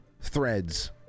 threads